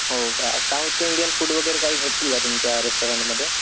हो का south Indian food वगैरे काही भेटतील का तुमच्या रेस्टॉरंटमध्ये